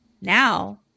Now